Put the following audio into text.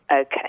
Okay